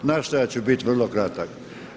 Nastojati ću biti vrlo kratak.